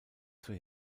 zur